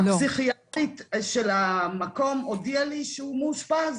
הפסיכיאטרית של המקום הודיעה לי שהוא מאושפז,